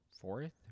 fourth